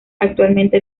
actualmente